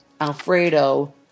Alfredo